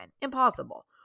impossible